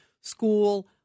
school